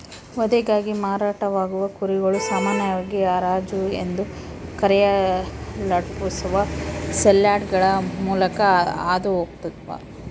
ವಧೆಗಾಗಿ ಮಾರಾಟವಾಗುವ ಕುರಿಗಳು ಸಾಮಾನ್ಯವಾಗಿ ಹರಾಜು ಎಂದು ಕರೆಯಲ್ಪಡುವ ಸೇಲ್ಯಾರ್ಡ್ಗಳ ಮೂಲಕ ಹಾದು ಹೋಗ್ತವ